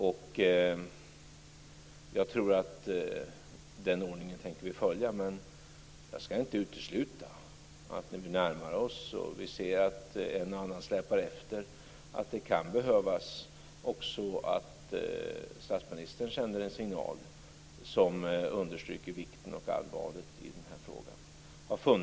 Vi har tänkt följa den ordningen, men jag ska inte utesluta att också statsministern, när vi närmar oss årsskiftet och ser att en och annan släpar efter, sänder en signal som understryker vikten och allvaret av den här frågan.